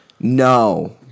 No